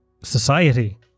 society